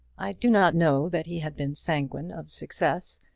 i do not know that he had been sanguine of success.